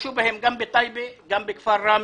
השתמשו גם בטייבה, גם בכפר ראמה,